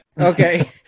Okay